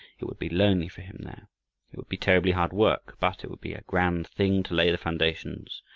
it would be lonely for him there, it would be terribly hard work, but it would be a grand thing to lay the foundations,